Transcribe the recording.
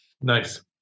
Nice